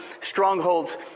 strongholds